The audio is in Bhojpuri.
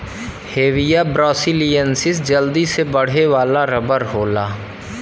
हेविया ब्रासिलिएन्सिस जल्दी से बढ़े वाला रबर होला